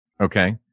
Okay